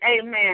amen